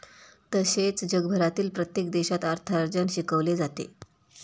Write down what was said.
तसेच जगभरातील प्रत्येक देशात अर्थार्जन शिकवले जाते